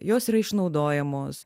jos yra išnaudojamos